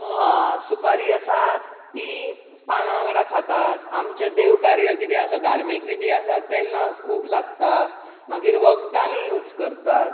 सुपारी आसा ती पानां वांगडा खातात आमचें देवकार्य कितें आसा धार्मीक विधी आसा तेन्ना खूब लागता मागीर वखदांनीं यूज करतात